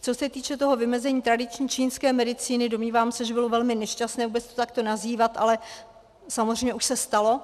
Co se týče toho vymezení tradiční čínské medicíny, domnívám se, že bylo velmi nešťastné vůbec to takto nazývat, ale samozřejmě už se stalo.